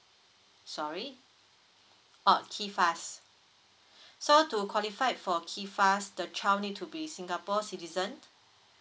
sorry oh KIFAS so to qualified for KIFAS the child need to be singapore citizen